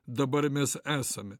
dabar mes esame